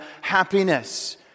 happiness